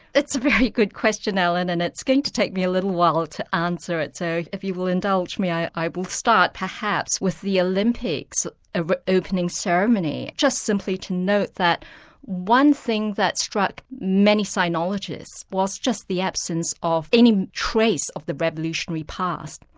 it's a very good question alan, and it's going to take me a little while to answer it. so if you will indulge me i i will start perhaps with the olympics ah opening ceremony, just simply to note that one thing that struck many sinologists was just the absence of any trace of the revolutionary past,